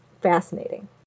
fascinating